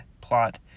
plot